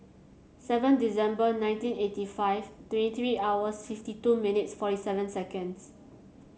seven December nineteen eighty five twenty three hours fifty two minutes forty seven seconds